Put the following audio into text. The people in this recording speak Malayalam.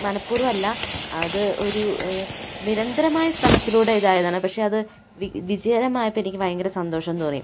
മനഃപൂർവമല്ല അത് ഒരു നിരന്തരമായ ശ്രമത്തിലൂടെ ഇതായതാണ് പക്ഷേ അത് വി വിജയകരമായപ്പം എനിക്ക് ഭയങ്കര സന്തോഷം തോന്നി